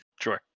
Sure